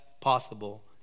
possible